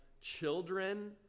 children